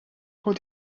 kont